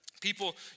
people